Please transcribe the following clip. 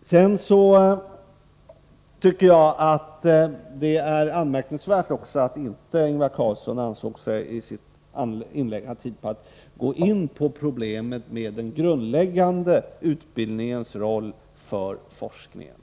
Sedan tycker jag att det är anmärkningsvärt att Ingvar Carlsson i sitt inlägg inte ansåg sig ha tid att gå in på problemet med den grundläggande utbildningens roll för forskningen.